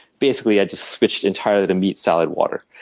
basically i just switched entirely to meat, salad, water.